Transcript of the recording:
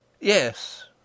yes